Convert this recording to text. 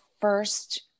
first